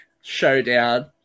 showdown